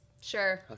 sure